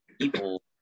people